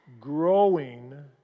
growing